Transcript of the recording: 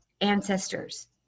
ancestors